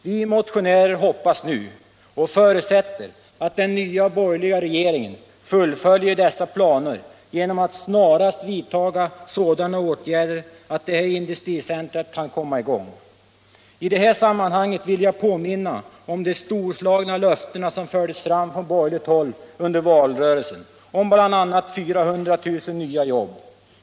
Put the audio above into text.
Vi motionärer hoppas nu och förutsätter att den nya, borgerliga regeringen fullföljer dessa planer genom att snarast vidta sådana åtgärder att detta industricentrum kan komma i gång. I det här sammanhanget vill jag påminna om de storslagna löften som fördes fram från borgerligt håll under valrörelsen om bl.a. 400 000 nya jobb.